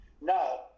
Now